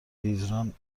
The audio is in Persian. خیزران